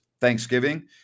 Thanksgiving